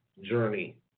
journey